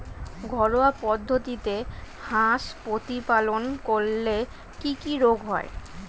ঘরোয়া পদ্ধতিতে হাঁস প্রতিপালন করলে কি কি রোগ হয়?